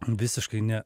visiškai ne